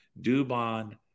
Dubon